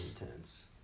intense